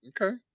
Okay